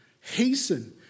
hasten